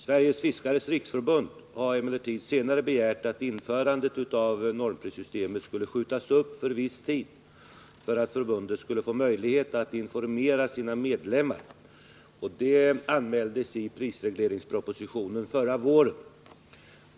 Sveriges fiskares riksförbund har emellertid senare begärt att införandet av normprissystemet skulle skjutas upp för viss tid, för att förbundet skulle få möjlighet att informera sina medlemmar. Det anmäldes i prisregleringspropositionen förra våren.